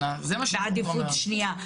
אותן בעדיפות שנייה,